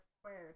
squared